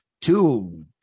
two